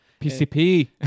PCP